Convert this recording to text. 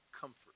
Comfort